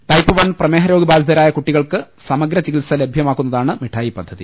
type one പ്രമേഹരോഗ ബാധിതരായ കുട്ടികൾക്ക് സമഗ്ര ചികിത്സ ലഭ്യമാ ക്കുന്നതാണ് മിഠായി പദ്ധതി